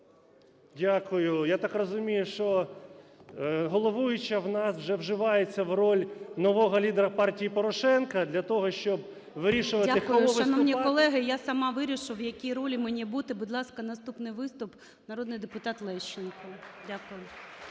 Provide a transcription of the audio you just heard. Дякую. Я так розумію, що головуюча в нас вже вживається в роль нового лідера партії Порошенка для того, щоб вирішувати, кому виступати… ГОЛОВУЮЧИЙ. Дякую. Шановні колеги, я сама вирішу, в якій ролі мені бути. Будь ласка, наступний виступ народний депутат Левченко. Дякую.